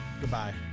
Goodbye